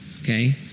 Okay